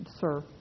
Sir